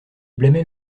blâmait